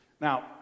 Now